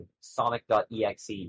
Sonic.exe